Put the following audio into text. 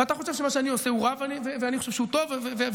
ואתה חושב שמה שאני עושה הוא רע ואני חושב שהוא טוב ולהפך.